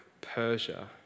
Persia